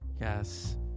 yes